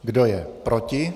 Kdo je proti?